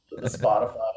Spotify